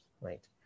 right